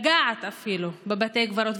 אפילו לגעת בבתי קברות,